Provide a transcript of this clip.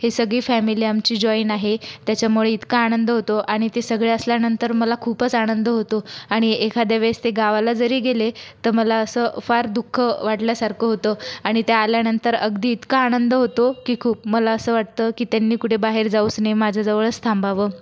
ही सगळी फॅमिली आमची जॉईन आहे त्याच्यामुळे इतका आनंद होतो आणि ते सगळे असल्यानंतर मला खूपच आनंद होतो आणि एखाद्या वेळेस ते गावाला जरी गेले तर मला असं फार दुःख वाटल्यासारखं होतं आणि ते आल्यानंतर अगदी इतका आनंद होतोकी खूप मला असं वाटतं की त्यांनी कुठे बाहेर जाऊच नये माझ्याजवळच थांबावं